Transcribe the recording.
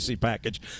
package